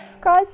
Guys